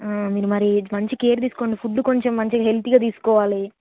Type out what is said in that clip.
మీరు మరి మంచి కేర్ తీసుకోండి ఫుడ్ కొంచెం మంచిగా హెల్తీగా తీసుకోవాలి